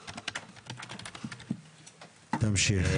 תמשיך.